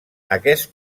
aquest